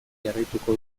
jarraituko